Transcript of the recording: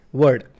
word